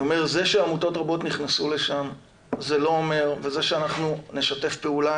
אני אומר שזה שעמותות רבות נכנסו לשם וזה שאנחנו נשתף פעולה